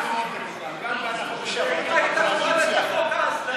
גם בחוק, היית מוכן להגיד "חוק ההסדרה"?